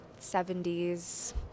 70s